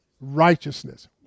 righteousness